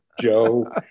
Joe